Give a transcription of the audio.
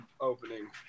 opening